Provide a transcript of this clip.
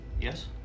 Yes